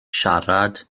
siarad